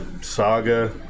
saga